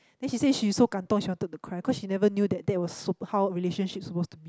then she say she's so 感动 :gan dong she wanted to cry cause she never knew that that was super how relationship supposed to be